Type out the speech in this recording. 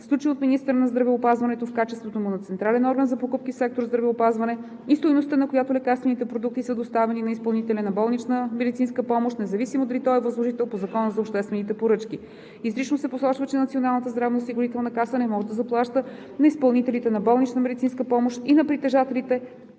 сключени от министъра на здравеопазването в качеството му на Централен орган за покупки в сектор „Здравеопазване“, и стойността, на която лекарствените продукти са доставени на изпълнителя на болнична медицинска помощ, независимо дали той е възложител по Закона за обществените поръчки. Изрично се посочва, че Националната здравноосигурителна каса не може да заплаща на изпълнителите на болнична медицинска помощ и на притежателите